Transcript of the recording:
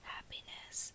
Happiness